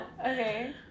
Okay